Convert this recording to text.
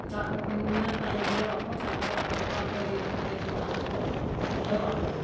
ᱫᱟᱜ ᱠᱚᱠᱚ ᱧᱩᱭᱟ ᱛᱟᱦᱮᱸ ᱡᱤᱨᱟᱹᱜ ᱟᱠᱚ ᱛᱟᱭᱚᱢ ᱫᱚ ᱟᱨᱦᱚᱸ ᱟᱠᱚᱣᱟᱜ ᱜᱟᱹᱰᱤ ᱨᱮᱠᱚ ᱫᱮᱡᱚᱜᱼᱟ ᱟᱨ ᱠᱚ ᱩᱴᱷᱟᱹᱣ ᱟᱠᱚ